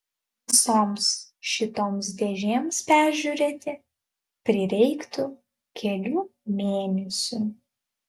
visoms šitoms dėžėms peržiūrėti prireiktų kelių mėnesių